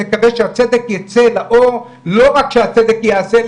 נקווה שהצדק ייצא לאור לא רק שהצדק ייעשה,